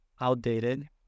outdated